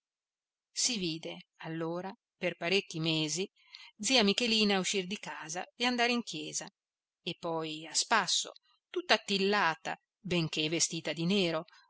si vide allora per parecchi mesi zia michelina uscir di casa e andare in chiesa e poi a spasso tutta attillata benché vestita di nero